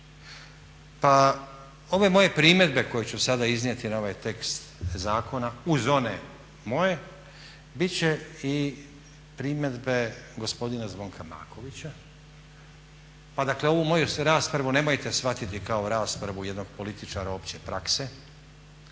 Pa ove moje primjedbe koje ću sada iznijeti na ovaj tekst zakona uz one moje biti će i primjedbe gospodina Zvona Makovića, pa dakle ovu moju raspravu nemojte shvatiti kao raspravu jednog političara opće prakse